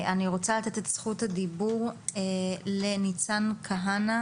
אני רוצה לתת את זכות הדיבור לניצן כהנא,